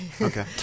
Okay